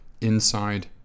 Inside